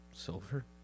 Silver